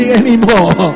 anymore